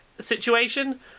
situation